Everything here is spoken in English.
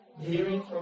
hearing